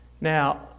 Now